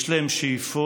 יש להם שאיפות